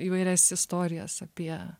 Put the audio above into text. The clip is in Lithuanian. įvairias istorijas apie